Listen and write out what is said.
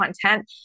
content